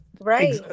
Right